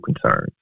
Concerns